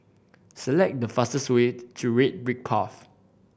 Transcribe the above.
select the fastest way to Red Brick Path